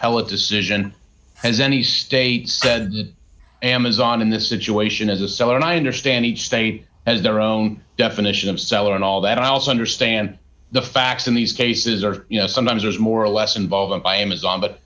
appellate decision as any state said amazon in this situation is a seller and i understand each stain as their own definition of seller and all that i also understand the facts in these cases are you know sometimes there's more or less involvement by amazon but